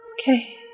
Okay